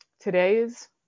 today's